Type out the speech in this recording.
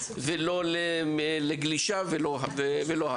לא לגלישה וכו'.